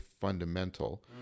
fundamental